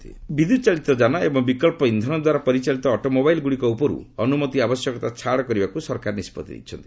Gadkari e vehicle ବିଦ୍ୟୁତ୍ଚାଳିତ ଯାନ ଏବଂ ବିକ୍ସ ଇନ୍ଧନ ଦ୍ୱାରା ପରିଚାଳିତ ଅଟୋମୋବାଇଲ ଗୁଡ଼ିକ ଉପରୁ ଅନୁମତି ଆବଶ୍ୟକତା ଛାଡ କରିବାକୁ ସରକାର ନିଷ୍ପଭି ନେଇଛନ୍ତି